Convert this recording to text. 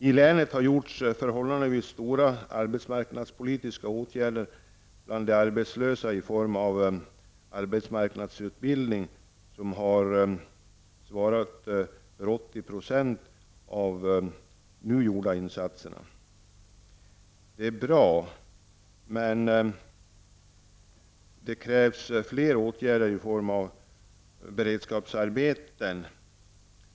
Det har vidtagits förhållandevis stora arbetsmarknadspolitiska åtgärder i länet bland de arbetslösa i form av arbetsmarknadsutbildning. Den har svarat för 80 % av nu gjorda insatser. Det är bra, men det krävs fler åtgärder i form av beredskapsarbeten.